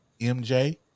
MJ